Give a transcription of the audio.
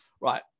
right